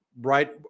Right